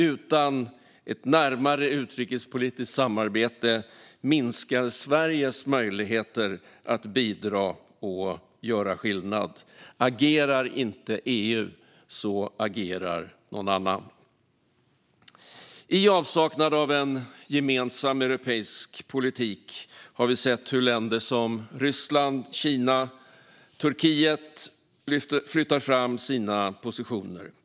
Utan ett närmare utrikespolitiskt samarbete minskar Sveriges möjligheter att bidra och göra skillnad. Agerar inte EU agerar någon annan. I avsaknad av en gemensam europeisk politik har vi sett hur länder som Ryssland, Kina och Turkiet flyttar fram sina positioner.